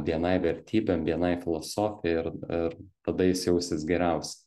bni vertybėm bni filosofija ir ir tada jis jausis geriausiai